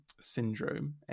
syndrome